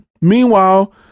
Meanwhile